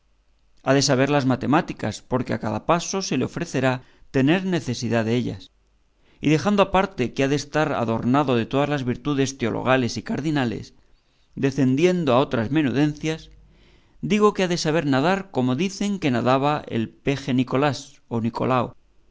ha de saber las matemáticas porque a cada paso se le ofrecerá tener necesidad dellas y dejando aparte que ha de estar adornado de todas las virtudes teologales y cardinales decendiendo a otras menudencias digo que ha de saber nadar como dicen que nadaba el peje nicolás o nicolao